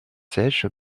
sèche